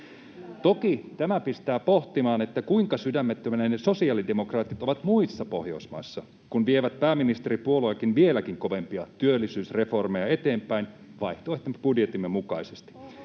Toki tämä pistää pohtimaan, kuinka sydämettömiä ne sosiaalidemokraatit ovat muissa Pohjoismaissa, kun vievät pääministeripuolueenakin vieläkin kovempia työllisyysreformeja eteenpäin, vaihtoehtobudjettimme mukaisesti.